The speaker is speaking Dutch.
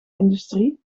industrie